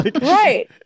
Right